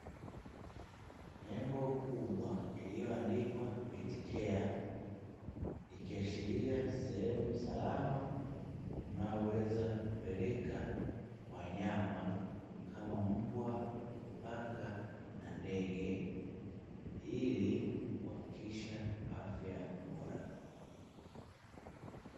Nembo kubwa iliyoandikwa "Petcare", ikiashiria sehemu salama unaoweza kupeleka wanyama kama mbwa ,paka na ndege ilikuhakikisha afya bora.